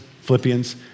Philippians